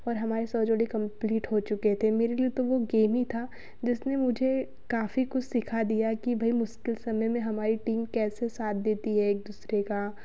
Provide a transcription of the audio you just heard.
और हमारे सौ जोड़ी कम्प्लीट हो चुके थे मेरे लिए तो वो गेम ही था जिसने मुझे काफ़ी कुछ सिखा दिया कि भाई मुश्किल समय में हमारी टीम कैसे साथ देती है एक दूसरे का